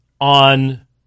on